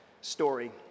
story